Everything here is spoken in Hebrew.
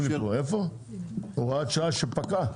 הוראת שעה שפקעה?